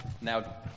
Now